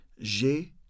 J'ai